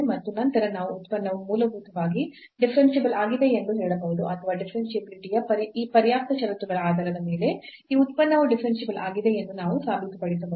ಮತ್ತು ನಂತರ ನಾವು ಉತ್ಪನ್ನವು ಮೂಲಭೂತವಾಗಿ ಡಿಫರೆನ್ಸಿಬಲ್ ಆಗಿದೆ ಎಂದು ಹೇಳಬಹುದು ಅಥವಾ ಡಿಫರೆನ್ಷಿಯಾಬಿಲಿಟಿ ಯ ಈ ಪರ್ಯಾಪ್ತ ಷರತ್ತುಗಳ ಆಧಾರದ ಮೇಲೆ ಈ ಉತ್ಪನ್ನವು ಡಿಫರೆನ್ಸಿಬಲ್ ಆಗಿದೆ ಎಂದು ನಾವು ಸಾಬೀತುಪಡಿಸಬಹುದು